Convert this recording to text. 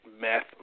meth